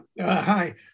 Hi